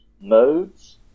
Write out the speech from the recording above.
modes